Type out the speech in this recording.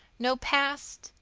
no past,